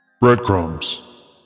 Breadcrumbs